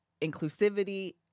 inclusivity